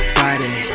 Friday